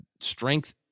strength